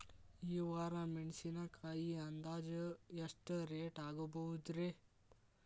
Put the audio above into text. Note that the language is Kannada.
ಈ ವಾರ ಮೆಣಸಿನಕಾಯಿ ಅಂದಾಜ್ ಎಷ್ಟ ರೇಟ್ ಆಗಬಹುದ್ರೇ?